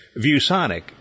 ViewSonic